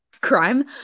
crime